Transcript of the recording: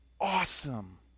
awesome